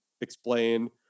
explain